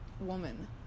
woman